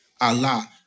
Allah